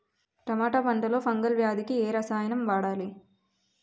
టమాటా పంట లో ఫంగల్ వ్యాధికి ఏ రసాయనం వాడాలి?